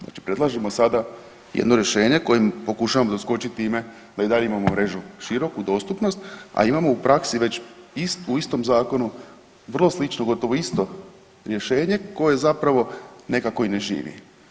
Znači predlažemo sada jedno rješenje kojim pokušavamo doskočiti time da i dalje imamo mrežu široku dostupnost, a imamo u praksi već u istom zakonu vrlo sličnu gotovo isto rješenje koje zapravo nekako i ne živi.